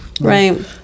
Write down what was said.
Right